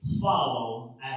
follow